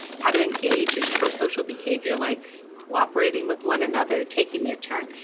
how to engage in pro-social behavior like cooperating with one another, taking their turn,